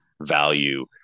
value